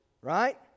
Right